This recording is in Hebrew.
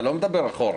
אתה לא מדבר אחורה.